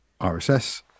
rss